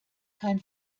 kein